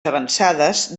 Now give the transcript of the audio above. avançades